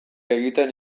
egiten